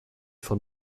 von